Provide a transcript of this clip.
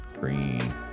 green